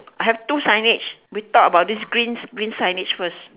I have two signage we talk about this green green signage first